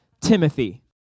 Timothy